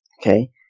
okay